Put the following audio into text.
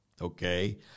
okay